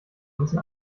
müssen